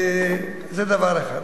זה דבר אחד.